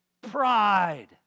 pride